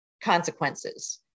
consequences